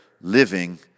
living